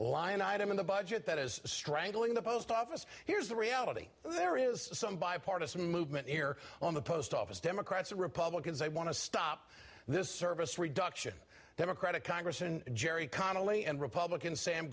line item in the budget that is strangling the post office here's the reality there is some bipartisan movement here on the post office democrats and republicans they want to stop this service reduction democratic congressman jerry connally and republican sam